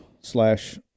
slash